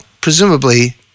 presumably